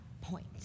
point